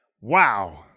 wow